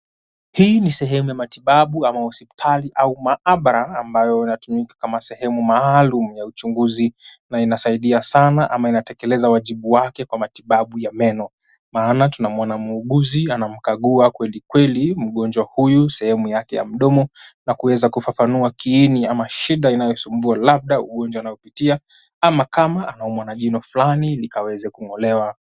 Hii ni sehemu ya matibabu ama hospitali au maabara ambayo inatumika kama sehemu maalum ya uchunguzi na inasaidia sana ama inatekeleza wajibu wake kwa matibabu ya meno. Maana tunamuona muuguzi anamkagua kweli kweli mgonjwa huyu sehemu yake ya mdomo na kuweza kufafanua kiini ama shida inayosumbua labda ugonjwa anayopitia ama kama anaumwa na jino fulani likaweze kung'olewa.